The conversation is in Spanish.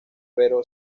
pero